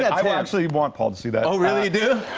i actually want paul to see that. oh, really? you do?